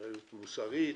אחריות מוסרית,